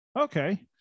Okay